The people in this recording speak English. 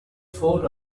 four